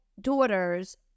daughters